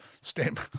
stamp